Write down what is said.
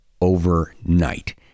overnight